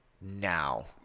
now